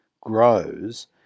grows